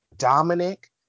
Dominic